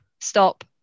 Stop